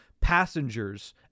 passengers